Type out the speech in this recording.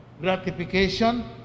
gratification